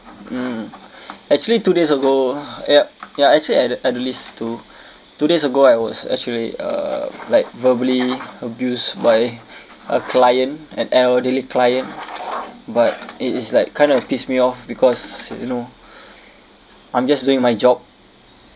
mm actually two days ago uh yup ya actually at at a list to two days ago I was actually uh like verbally abused by a client an elderly client but it it's like kind of piss me off because you know I'm just doing my job